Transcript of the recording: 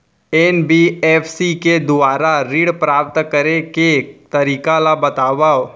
NBFC के दुवारा ऋण प्राप्त करे के तरीका ल बतावव?